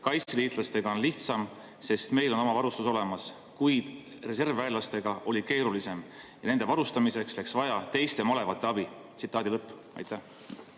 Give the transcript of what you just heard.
Kaitseliitlastega on lihtsam, sest meil on oma varustus olemas, kuid reservväelastega oli keerulisem ja nende varustamiseks läks vaja teiste malevate abi." Jah, jälle eksitav